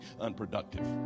unproductive